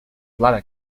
bladder